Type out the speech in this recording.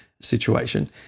situation